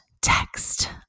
Text